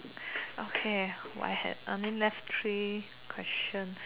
okay we had only left three question